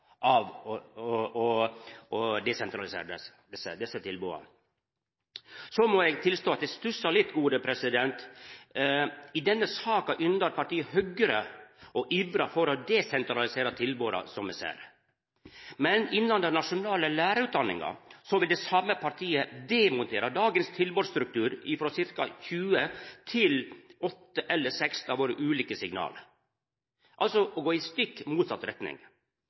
tilboda. Så må eg tilstå at eg stussar litt: I denne saka yndar partiet Høgre å ivra for å desentralisera tilboda. Men innan den nasjonale lærarutdanninga vil det same partiet demontera dagens tilbodsstruktur, frå ca. 20 til 8 eller 6. Det har vore ulike signal. Det er altså å gå i stikk motsett retning.